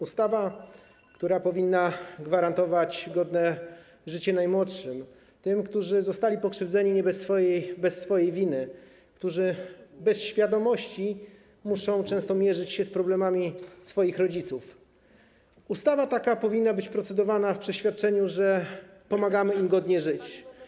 Ustawa, która powinna gwarantować godne życie najmłodszym, tym, którzy zostali pokrzywdzeni bez swojej winy, którzy bez świadomości muszą często mierzyć się z problemami swoich rodziców - ustawa taka powinna być procedowana w przeświadczeniu, że pomagamy im godnie żyć.